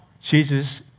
Jesus